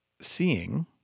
seeing